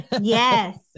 Yes